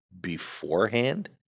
beforehand